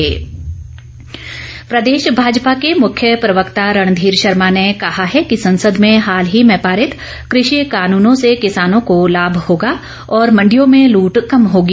रणधीर शर्मा प्रदेश भाजपा के मुख्य प्रवक्ता रणधीर शर्मा ने कहा है कि संसद में हाल ही में पारित कृषि कानूनों से किसानो को लाम होगा और मंडियों में लूट कम होगी